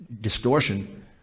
distortion